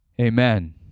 amen